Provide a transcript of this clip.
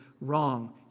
wrong